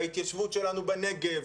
להתיישבות שלנו בנגב,